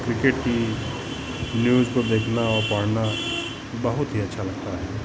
cricket की news को देखना और पढ़ना बहुत ही अच्छा लगता है